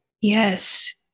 Yes